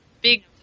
big